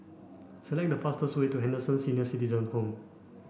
select the fastest way to Henderson Senior Citizens' Home